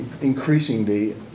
increasingly